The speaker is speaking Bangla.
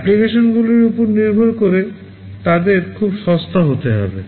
অ্যাপ্লিকেশনগুলির উপর নির্ভর করে তাদের খুব সস্তা হতে হবে